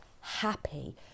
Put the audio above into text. happy